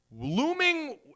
Looming